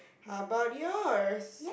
how about yours